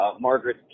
Margaret